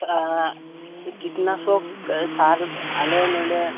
ᱠᱤᱴᱱᱟᱥᱚᱠ ᱥᱟᱨ ᱟᱞᱮ ᱱᱚᱰᱮ